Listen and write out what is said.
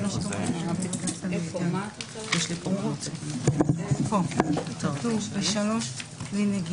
הראשון זה חוק העזר בעניין הפיקוח על הכלבים